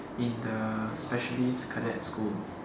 in the specialist cadet school